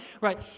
right